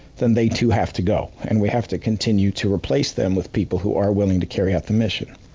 then they too have to go, and we have to continue to replace them with people who are willing to carry out the mission.